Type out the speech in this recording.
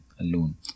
alone